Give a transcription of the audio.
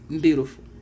Beautiful